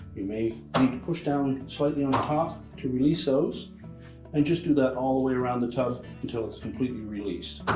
you may need to push down slightly on the top to release those and just do that all the way around the tub until it's completely released.